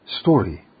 story